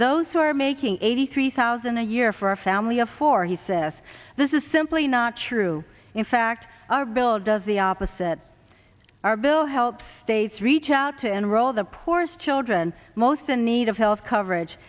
who are making eighty three thousand a year for a family of four he says this is simply not true in fact our bill does the opposite our bill help states reach out to enroll the poorest children most in need of health coverage